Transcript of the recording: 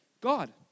God